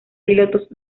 pilotos